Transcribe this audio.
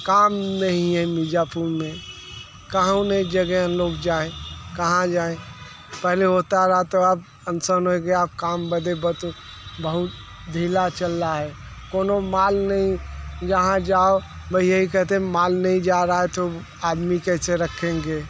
काम नहीं है मिर्ज़ापुर में कहाँ उन्हें जगह लोग जाएं कहाँ जाएं पहले होता रहा अब अनशन हो गया काम बदे बहुत ढीला चल रहा है कौनो माल नहीं जहाँ जाओ भाई यही कहते हैं माल नहीं जा रहा है तो आदमी कैसे रखेंगे